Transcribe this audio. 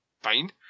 fine